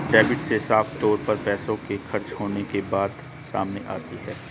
debit से साफ तौर पर पैसों के खर्च होने के बात सामने आती है